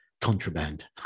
contraband